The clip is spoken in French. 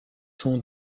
sont